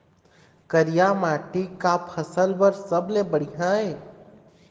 करिया माटी का फसल बर सबले बढ़िया ये?